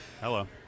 Hello